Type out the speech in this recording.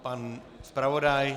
Pan zpravodaj?